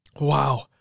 wow